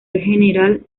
general